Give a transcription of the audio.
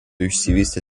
išsivystė